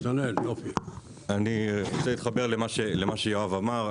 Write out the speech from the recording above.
אני רוצה להתחבר למה שיואב אמר.